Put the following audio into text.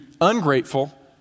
ungrateful